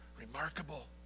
remarkable